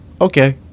okay